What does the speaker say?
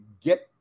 get